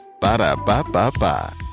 ba-da-ba-ba-ba